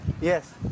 Yes